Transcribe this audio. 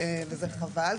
וזה חבל,